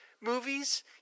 movies